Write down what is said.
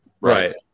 Right